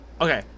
Okay